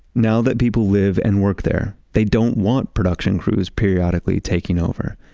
now that people live and work there, they don't want production crews periodically taking over.